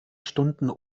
stunden